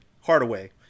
Hardaway